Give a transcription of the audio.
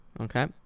Okay